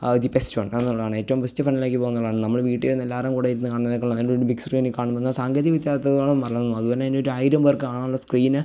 the best one എന്നുള്ളതാണേറ്റവും best വണ്ണിലേക്ക് പോവുമെന്നുള്ളതാണ് നമ്മൾ വീട്ടിലിരുന്നെല്ലാവരും കൂടെ ഇരുന്ന് കാണുന്നതിനെക്കാളും നല്ലത് ഒരു ബിഗ് സ്ക്രീനിൽ കാണുന്നത് സാങ്കേതിക വിദ്യ അത്രത്തോളം വളർന്നു അതിന് വേണ്ടീട്ടായിരം പേർക്ക് കാണാനുള്ള സ്ക്രീന്